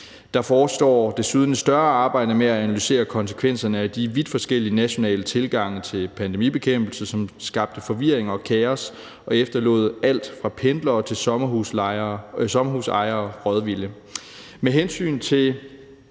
Der forestår desuden et større arbejde med at analysere konsekvenserne af de vidt forskellige nationale tilgange til pandemibekæmpelse, som skabte forvirring og kaos og efterlod alt fra pendlere til sommerhusejere rådvilde.